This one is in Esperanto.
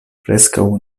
preskaŭ